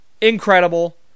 Incredible